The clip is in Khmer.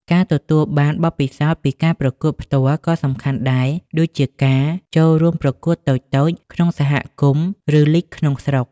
ការទទួលបានបទពិសោធន៍ពីការប្រកួតផ្ទាល់ក៏សំខាន់ដែរ ដូចជាការ ចូលរួមប្រកួតតូចៗ ក្នុងសហគមន៍ ឬលីគក្នុងស្រុក។